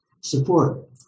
support